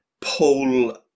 poll